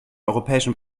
europäischen